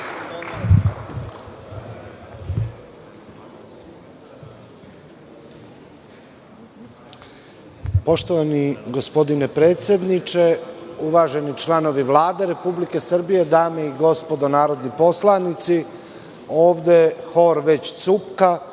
Poštovani gospodine predsedniče, uvaženi članovi Vlade Republike Srbije, dame i gospodo narodni poslanici, ovde hor već cupka,